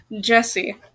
Jesse